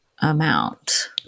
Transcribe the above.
amount